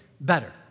better